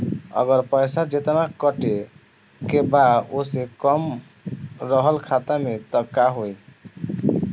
अगर पैसा जेतना कटे के बा ओसे कम रहल खाता मे त का होई?